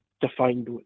defined